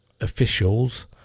officials